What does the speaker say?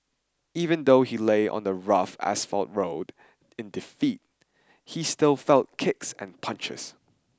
even though he lay on the rough asphalt road in defeat he still felt kicks and punches